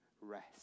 rest